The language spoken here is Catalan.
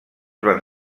van